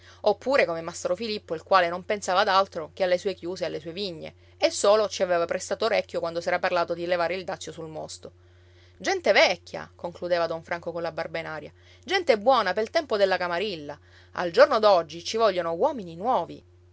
oppure come massaro filippo il quale non pensava ad altro che alle sue chiuse e alle sue vigne e solo ci aveva prestato orecchio quando s'era parlato di levare il dazio sul mosto gente vecchia conchiudeva don franco colla barba in aria gente buona pel tempo della camarilla al giorno d'oggi ci vogliono uomini nuovi